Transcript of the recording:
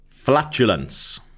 Flatulence